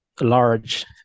large